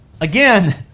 again